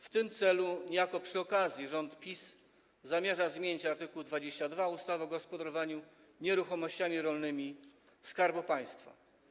W tym celu, niejako przy okazji, rząd PiS zamierza zmienić art. 22 ustawy o gospodarowaniu nieruchomościami rolnymi Skarbu Państwa.